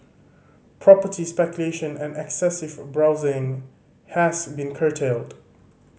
property speculation and excessive borrowing has been curtailed